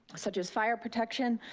such as fire protection,